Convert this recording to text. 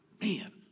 Man